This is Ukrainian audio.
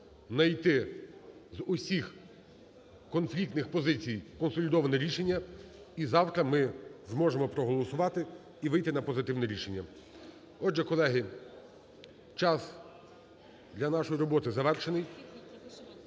найти з усіх конфліктних позицій консолідоване рішення, і завтра ми зможемо проголосувати і вийти на позитивне рішення. Отже, колеги, час для нашої роботи завершений.